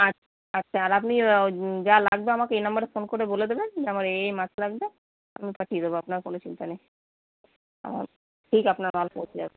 আচ্ছা আর আপনি যা লাগবে আমাকে এই নাম্বারে ফোন করে বলে দেবেন যে আমার এই এই মাছ লাগবে আমি পাঠিয়ে দেব আপনার কোনও চিন্তা নেই ঠিক আপনার মাল পৌঁছে যাবে